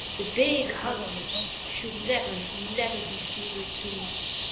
the big hunters, should never, never be seen in zoos.